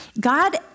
God